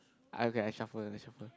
okay I shuffle I shuffle